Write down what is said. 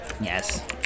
Yes